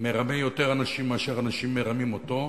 מרמה יותר אנשים מאשר אנשים מרמים אותו,